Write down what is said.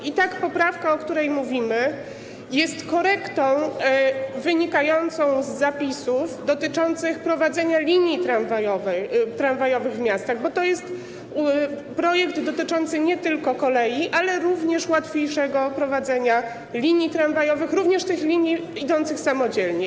I tak poprawka, o której mówimy, jest korektą wynikającą z zapisów dotyczących prowadzenia linii tramwajowych w miastach, bo to jest projekt dotyczący nie tylko kolei, ale również łatwiejszego prowadzenia linii tramwajowych, również tych linii idących samodzielnie.